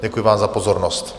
Děkuji vám za pozornost.